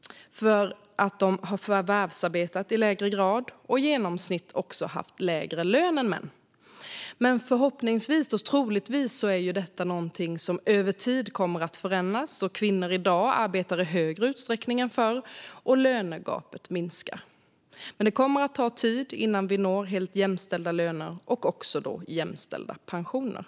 till följd av att de förvärvsarbetat i lägre grad och i genomsnitt haft lägre lön än män. Förhoppningsvis och troligtvis är detta något som över tid kommer att förändras, då kvinnor i dag arbetar i högre utsträckning än förr och lönegapet minskar. Men det kommer att ta tid innan vi når helt jämställda löner och då också jämställda pensioner.